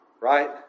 Right